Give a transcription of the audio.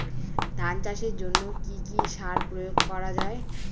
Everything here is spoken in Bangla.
ধান চাষের জন্য কি কি সার প্রয়োগ করা য়ায়?